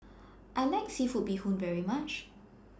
I like Seafood Bee Hoon very much